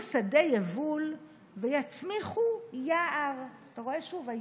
שדה יבול / ויצמיחו יער" אתה רואה שוב,